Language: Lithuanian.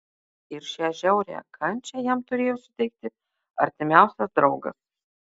ir šią žiaurią kančią jam turėjo suteikti artimiausias draugas